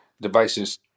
devices